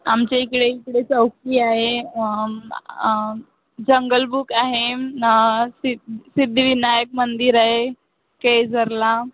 आमच्या इकडे इकडे चौकी आहे जंगल बुक आहे सि सिद्धीविनायक मंदिर आहे केझरला